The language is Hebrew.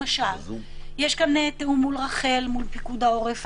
למשל יש כאן תיאום מול רח"ל, מול פיקוד העורף.